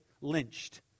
lynched